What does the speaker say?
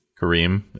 Kareem